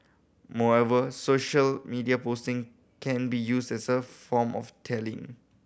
moreover social media posting can be used as a form of tallying